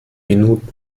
minuten